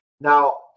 Now